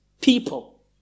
people